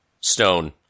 stone